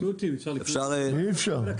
אי אפשר,